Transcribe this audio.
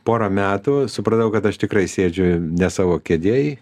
porą metų supratau kad aš tikrai sėdžiu ne savo kėdėj